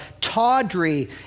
tawdry